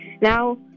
Now